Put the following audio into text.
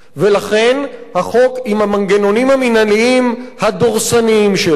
ולכן החוק, עם המנגנונים המינהליים הדורסניים שלו,